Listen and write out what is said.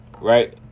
right